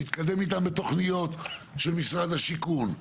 נתקדם איתם בתוכניות של משרד השיכון,